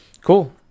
cool